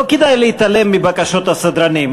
לא כדאי להתעלם מבקשות הסדרנים.